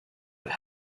have